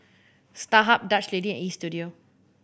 Starhub Dutch Lady and Istudio